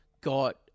got